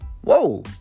Whoa